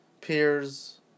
peers